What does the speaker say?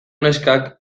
neskak